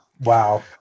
Wow